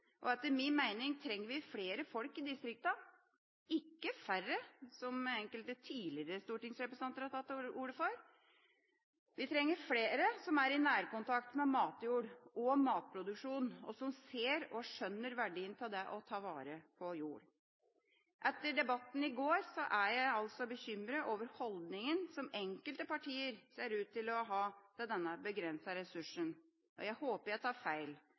Etter min mening trenger vi flere folk i distriktene – ikke færre, som enkelte tidligere stortingsrepresentanter har tatt til orde for. Vi trenger flere som er i nærkontakt med matjord og matproduksjon, og som ser og skjønner verdien av det å ta vare på jord. Etter debatten i går er jeg bekymret over holdninga som enkelte partier ser ut til å ha til denne begrensede ressursen. Jeg håper jeg tar feil,